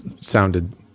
sounded